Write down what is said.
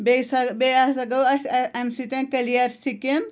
بیٚیہِ سا بیٚیہِ ہَسا گوٚو اَسہِ اَ اَمہِ سۭتۍ کلیر سِکِن